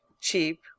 Cheap